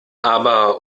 aber